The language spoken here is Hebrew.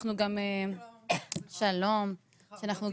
הנושא הזה, אני חושבת שהוא